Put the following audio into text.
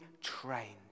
trained